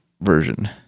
version